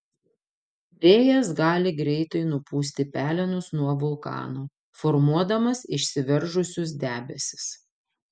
vėjas gali greitai nupūsti pelenus nuo vulkano formuodamas išsiveržusius debesis